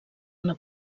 una